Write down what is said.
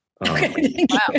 Wow